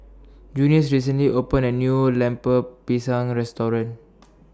Junius recently opened A New Lemper Pisang Restaurant